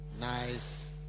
nice